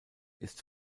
ist